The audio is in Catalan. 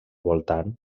voltant